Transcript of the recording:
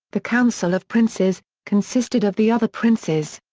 the council of princes, consisted of the other princes.